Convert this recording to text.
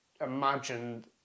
imagine